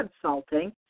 consulting